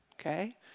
okay